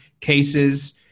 cases